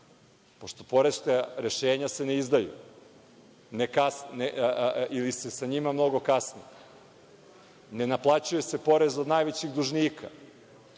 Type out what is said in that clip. pošto poreska rešenja se ne izdaju ili se sa njima mnogo kasni, ne naplaćuje se porez od najvećih dužnika?